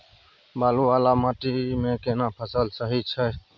बालू वाला माटी मे केना फसल सही छै?